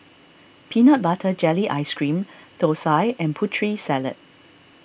Peanut Butter Jelly Ice Cream Thosai and Putri Salad